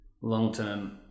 long-term